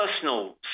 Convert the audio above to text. personal